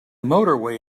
motorway